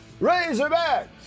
Razorbacks